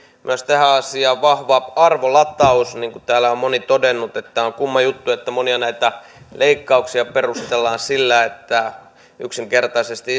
myös tähän asiaan liittyy vahva arvolataus niin kuin täällä on moni todennut on kumma juttu että monia näitä leikkauksia perustellaan sillä että yksinkertaisesti